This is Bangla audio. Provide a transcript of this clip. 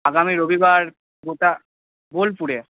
আগামী রবিবার ওটা বোলপুরে